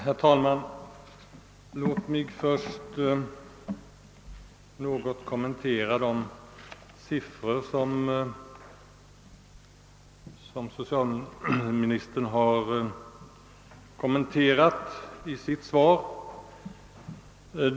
Herr talman! Låt mig först beröra de uppgifter som socialministern kommenterat i sitt svar.